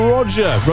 Roger